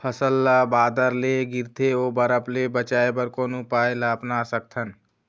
फसल ला बादर ले गिरथे ओ बरफ ले बचाए बर कोन उपाय ला अपना सकथन?